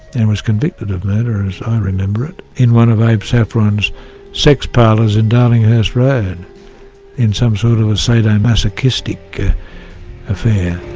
and was convicted of murder as i remember it, in one of abe saffron's sex parlours in darlinghurst road in some sort of a sadomasochistic affair.